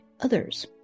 others